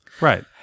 Right